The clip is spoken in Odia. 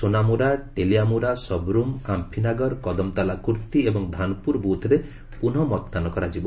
ସୋନାମୁରା ଟେଲିଆମୁରା ସବରୁମ୍ ଆମ୍ପିନାଗର କଦମତାଲା କୁର୍ତ୍ତୀ ଏବଂ ଧାନପୁର ବୁଥ୍ରେ ପୁନଃ ମତଦାନ କରାଯିବ